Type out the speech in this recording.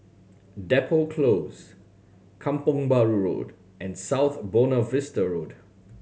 Depot Close Kampong Bahru Road and South Buona Vista Road